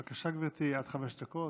בבקשה, גברתי, עד חמש דקות.